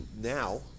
now